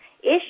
issues